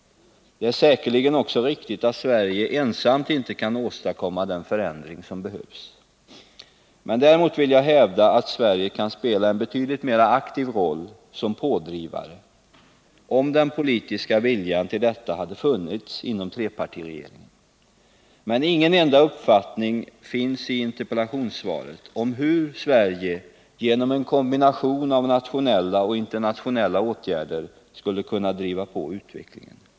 Det är säkerligen också riktigt att Sverige ensamt inte kan åstadkomma den förändring som behövs. Men däremot vill jag hävda att Sverige skulle kunna spela en betydligt mera aktiv roll som pådrivare, om den politiska viljan till detta hade funnits inom trepartiregeringen. I interpellationssvaret redovisas emellertid inte en enda uppfattning om hur Sverige genom en kombination av nationella och internationella åtgärder skulle kunna driva på utvecklingen.